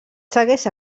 segueix